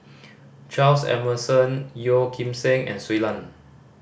Charles Emmerson Yeo Kim Seng and Shui Lan